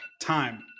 Time